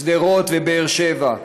שדרות ובאר שבע,